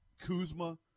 Kuzma